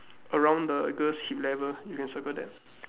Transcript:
around the girl's hip level you can circle that